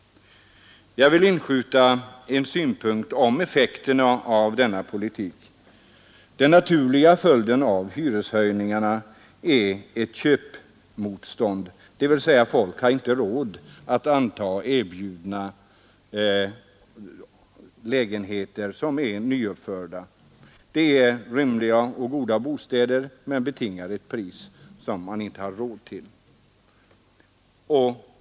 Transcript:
Jag vill inskjuta en synpunkt om effekterna av denna politik. Den naturliga följden av hyresstegringarna är ett köpmotstånd, dvs. folk har inte råd att anta erbjudanden om lägenheter som är nyuppförda. Det är rymliga och goda bostäder, men de betingar ett högt pris, som man inte har råd att betala.